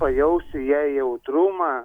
pajausti jai jautrumą